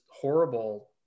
horrible